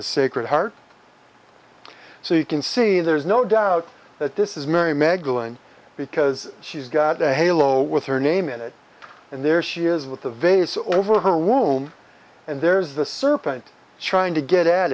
his sacred heart so you can see there is no doubt that this is mary magdalen because she's got a halo with her name in it and there she is with a vase or over her womb and there's the serpent trying to get at